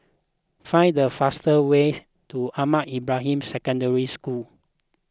find the faster way to Ahmad Ibrahim Secondary School